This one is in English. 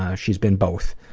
ah she's been both.